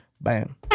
bam